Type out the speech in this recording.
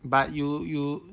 but you you